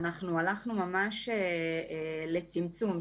הלכנו ממש לצמצום,